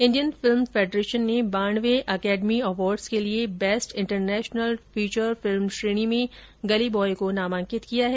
Indian film federation ने बानवें academy awards के लिए बेस्ट इन्टरनेशनल फीचर फिल्म श्रेणी में गली बॉय को नामांकित किया है